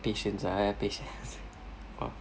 patience ah eh patience oh